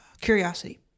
Curiosity